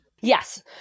Yes